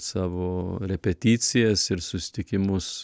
savo repeticijas ir susitikimus